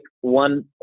one